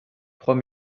trois